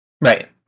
right